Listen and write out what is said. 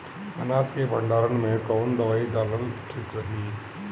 अनाज के भंडारन मैं कवन दवाई डालल ठीक रही?